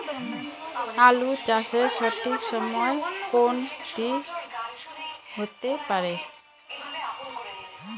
আলু চাষের সঠিক সময় কোন টি হতে পারে?